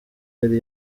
yari